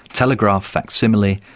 telegraph facsimile,